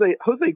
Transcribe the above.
Jose